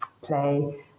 play